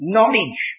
Knowledge